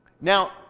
Now